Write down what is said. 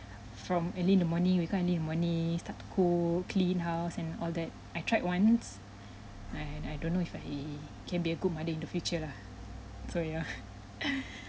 from early in the morning wake up early in the morning start to cook clean house and all that I tried once and I don't know if I can be a good mother in the future lah so yeah